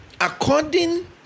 according